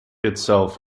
itself